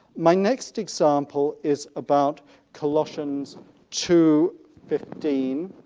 my next example is about colossians two fifteen,